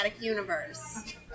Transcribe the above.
universe